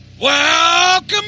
Welcome